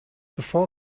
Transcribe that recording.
before